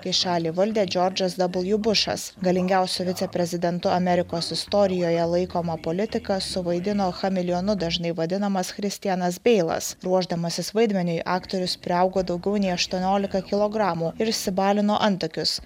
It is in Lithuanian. kai šalį valdė džordžas w bušas galingiausio viceprezidento amerikos istorijoje laikomą politiką suvaidino chameleonu dažnai vadinamas christianas beilas ruošdamasis vaidmeniui aktorius priaugo daugiau nei aštuoniolika kilogramų ir išsibalino antakius